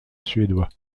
suédois